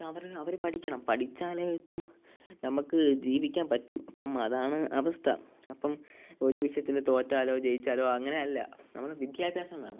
അവർ അവർ പഠിക്കണം പഠിച്ചാലേ ഇപ്പം നമുക്ക് ജീവിക്കാൻ പറ്റൂ അപ്പം അതാണ് അവസ്ഥ അപ്പം ഒരു വിഷയത്തിൽ തോറ്റാലോ ജയിച്ചാലോ അങ്ങനെ അല്ല നമ്മൾ വിദ്യാഭ്യാസം വേണം